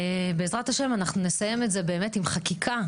ובעזרת השם, אנחנו נסיים את זה באמת עם חקיקה.